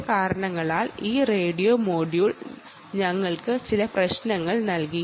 ചില കാരണങ്ങളാൽ ഈ റേഡിയോ മൊഡ്യൂൾ ഞങ്ങൾക്ക് ചില പ്രശ്നങ്ങൾ നൽകി